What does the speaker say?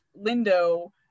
Lindo